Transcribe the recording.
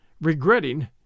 Regretting